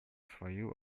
свою